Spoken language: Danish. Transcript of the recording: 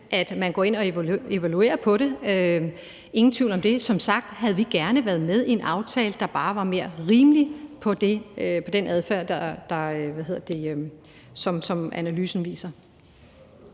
at man går ind og evaluerer det – ingen tvivl om det. Som sagt havde vi gerne været med i en aftale, der bare var mere rimelig i forhold til den adfærd, som analysen viser.